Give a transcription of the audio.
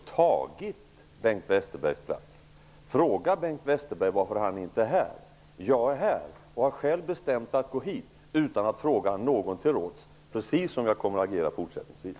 Herr talman! Låt mig kort säga att jag inte har gått in och tagit Bengt Westerbergs plats. Fråga Bengt Westerberg varför han inte är här. Jag är här och har själv bestämt att gå hit utan att fråga någon till råds. Så kommer jag också att agera fortsättningsvis.